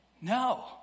No